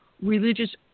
religious